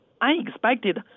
unexpected